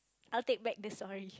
I will take back the story